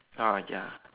uh ya